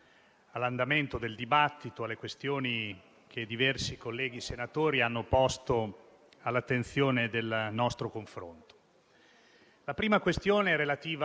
Abbiamo affrontato temi importanti, che credo siano un elemento prezioso per la nostra democrazia, per il confronto politico tra